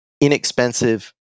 inexpensive